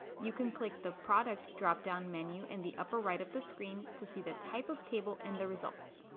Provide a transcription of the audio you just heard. you can click the product drop down menu in the upper right of the screen to see the type of table in the result.